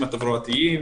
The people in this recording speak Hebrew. התברואתיים.